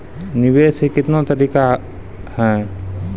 निवेश के कितने तरीका हैं?